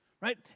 right